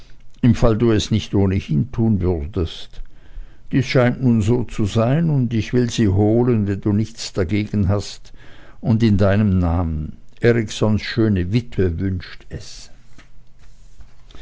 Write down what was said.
im falle du es nicht ohne hin tun würdest dies scheint nun so zu sein und ich will sie holen wenn du nichts dagegen hast und in deinem namen eriksons schöne witwe wünscht es